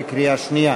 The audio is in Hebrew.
בקריאה שנייה.